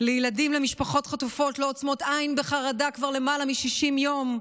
והורים של ילדים חטופים לא עוצמים עין בחרדה כבר למעלה מ-60 יום,